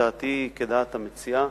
דעתי היא כדעת המציעה,